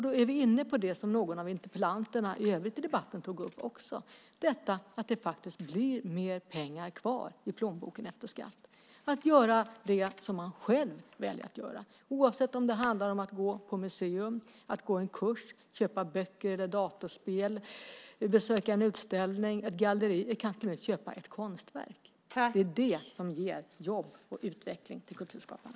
Då är vi inne på det som någon av de övriga debattörerna tog upp, detta att det faktiskt blir mer pengar kvar i plånboken efter skatt för att göra det som man själv väljer att göra, oavsett om det handlar om att gå på museum, gå en kurs, köpa böcker eller dataspel, besöka en utställning eller ett galleri eller kanske till och med köpa ett konstverk. Det är det som ger jobb och utveckling till kulturskaparna.